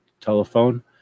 telephone